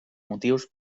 motius